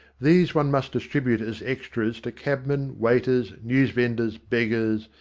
these one must distribute as extras to cabmen, waiters, news-vendors, beggars,